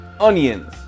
onions